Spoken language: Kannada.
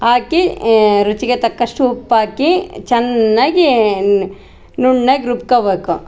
ಹಾಕಿ ರುಚಿಗೆ ತಕ್ಕಷ್ಟು ಉಪ್ಪಾಕಿ ಚೆನ್ನಾಗಿ ಇನ್ನ ನುಣ್ಣುಗೆ ರುಬ್ಕಬೇಕು